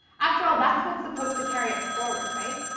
after all, that's what's supposed to carry us forward, right?